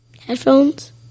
Headphones